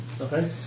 Okay